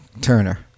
Turner